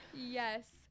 Yes